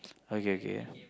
okay okay